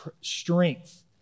strength